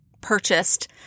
purchased